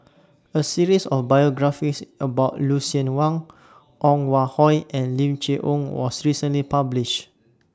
A series of biographies about Lucien Wang Ong Hoi and Lim Chee Onn was recently published